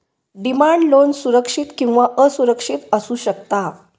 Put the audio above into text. demand loan सुरक्षित किंवा असुरक्षित असू शकता